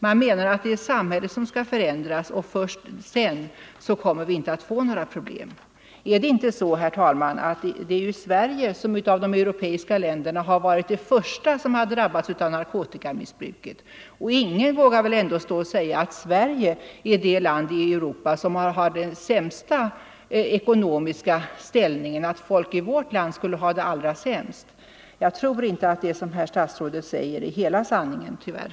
Man menar att det är samhället som skall förändras och sedan kommer vi inte att få några problem. Men Sverige, herr talman, var det första av de europeiska länderna som drabbades av narkotikamissbruket. Och ingen vågar väl ändå säga att Sverige är det land i Europa som har den sämsta ekonomiska ställningen och att folk i vårt land skulle ha det allra sämst. Jag tror inte att det som herr statsrådet säger är hela sanningen, tyvärr.